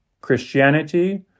Christianity